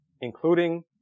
including